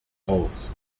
aus